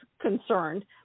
concerned